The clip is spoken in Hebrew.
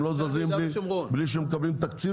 הן לא זזות בלי שהן מקבלות תקציב